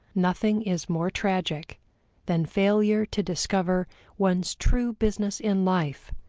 nothing is more tragic than failure to discover one's true business in life,